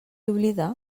oblida